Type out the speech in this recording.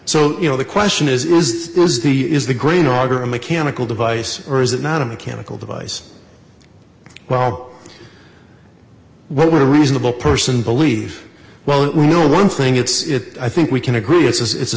so you know the question is is the is the grain auger a mechanical device or is it not a mechanical device well what would a reasonable person believe well we know one thing it's i think we can agree it says it's a